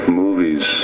movies